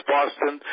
Boston